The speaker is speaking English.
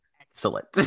Excellent